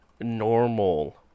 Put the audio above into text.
normal